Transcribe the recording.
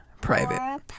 private